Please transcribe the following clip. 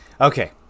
Okay